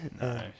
no